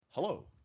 Hello